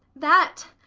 that,